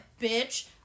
bitch